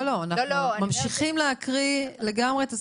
לא, אנחנו ממשיכים להקריא לגמרי את הסעיפים.